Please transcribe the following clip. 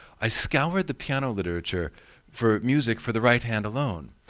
i scoured the piano literature for music for the right hand alone.